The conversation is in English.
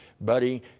buddy